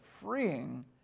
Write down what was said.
freeing